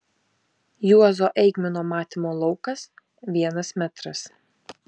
juozo eigmino matymo laukas vienas metras